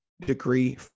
degree